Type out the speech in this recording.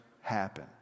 happen